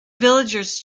villagers